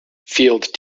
field